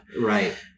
right